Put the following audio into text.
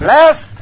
Last